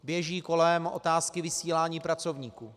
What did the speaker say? Běží kolem otázky vysílání pracovníků.